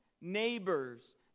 neighbors